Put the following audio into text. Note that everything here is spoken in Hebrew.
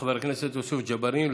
לחבר הכנסת יוסף ג'בארין,